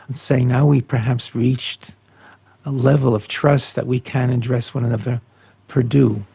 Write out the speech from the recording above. and saying now we've perhaps reached a level of trust that we can address one another per du,